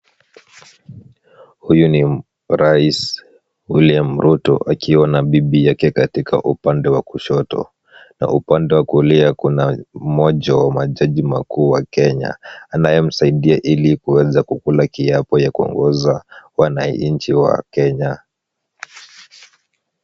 Huyu ni rais William Ruto akiwa na bibi yake katika upande wa kushoto na upande wa kulia kuna mmoja wa majaji wakuu wa Kenya anayemsaidia ili kuweza kukula kiapo ya kuongoza wananchi wa Kenya.